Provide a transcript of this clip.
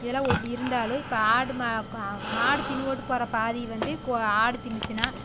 இதெல்லாம் இருந்தாலும் இப்போ ஆடு மாடு தின்று போட்டு போகிற பாதியை வந்து ஆடு தின்றுச்சுனா